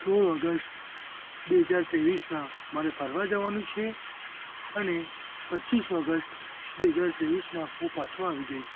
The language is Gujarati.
સોળ ઑગસ્ટ બે હજાર ત્રેવીસના મારે ફરવા જવાનું છે અને પચ્ચીસ ઑગસ્ટ બે હજાર ત્રેવીસના હું પાછો આવી જઈશ